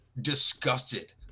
disgusted